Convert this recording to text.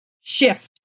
shift